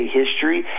history